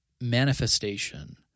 manifestation